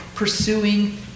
Pursuing